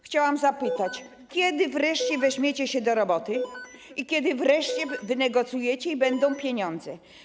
Chciałam zapytać: Kiedy wreszcie weźmiecie się do roboty, kiedy wreszcie wynegocjujecie i będą pieniądze?